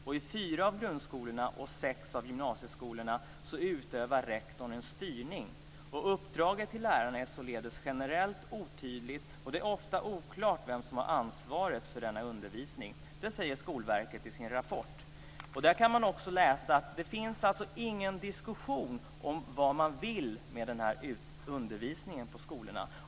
I fyra av grundskolorna och sex av gymnasieskolorna utövar rektorn en styrning. Uppdraget till lärarna är således generellt, otydligt och det är ofta oklart vem som har ansvaret för denna undervisning. Det säger Skolverket i sin rapport. Där kan man också läsa att det inte finns någon diskussion om vad man vill med den här undervisningen på skolorna.